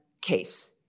case